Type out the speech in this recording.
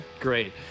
Great